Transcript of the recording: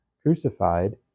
crucified